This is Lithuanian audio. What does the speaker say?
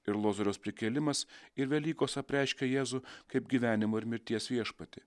ir lozoriaus prikėlimas ir velykos apreiškė jėzų kaip gyvenimo ir mirties viešpatį